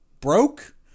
broke